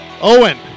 Owen